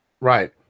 Right